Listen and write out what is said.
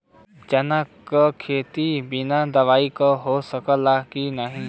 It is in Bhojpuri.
चना के खेती बिना दवाई के हो सकेला की नाही?